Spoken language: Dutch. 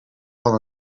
van